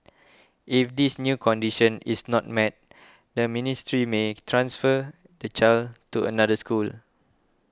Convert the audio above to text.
if this new condition is not met the ministry may transfer the child to another school